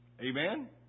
Amen